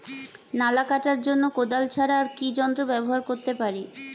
নালা কাটার জন্য কোদাল ছাড়া আর কি যন্ত্র ব্যবহার করতে পারি?